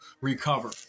recover